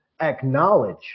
acknowledge